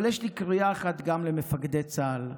אבל יש לי קריאה אחת גם למפקדי צה"ל.